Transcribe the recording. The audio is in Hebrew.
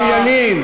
חיים ילין.